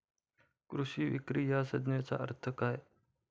कृषी विक्री या संज्ञेचा अर्थ काय?